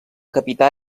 capità